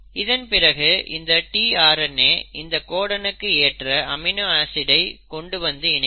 இதன் பிறகு இந்த tRNA இந்த கோடனுக்கு ஏற்ற அமினோ ஆசிடை கொண்டுவந்து இணைக்கும்